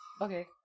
Okay